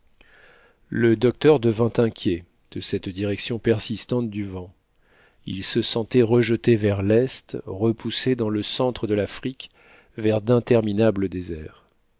le docteur devint inquiet de cette direction persistante du vent il se sentait rejeté vers l'est repoussé dans le centre de l'afrique vers d'interminables déserts